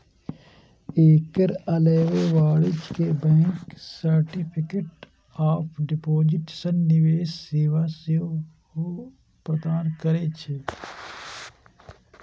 एकर अलावे वाणिज्यिक bank certificate of deposit सन निवेश सेवा सेहो प्रदान करै छै